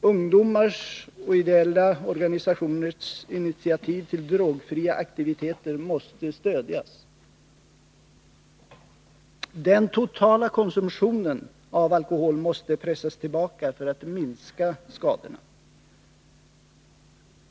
Ungdomars och ideella organisationers initiativ till drogfria aktiviteter måste stödjas. Den totala konsumtionen av alkohol måste pressas tillbaka för att skadorna skall minskas.